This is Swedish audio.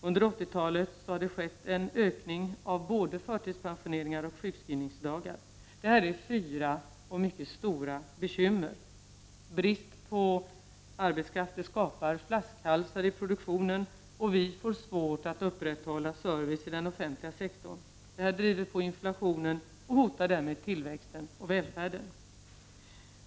Under 80-talet har det skett en ökning av både förtidspensionering och sjukskrivningsdagar. Det här är fyra mycket stora bekymmer. Bristen på arbetskraft skapar flaskhalsar i produktionen, och vi får svårt att upprätthålla servicen i den offentliga sektorn. Det driver på inflationen och hotar därmed tillväxten och välfärden.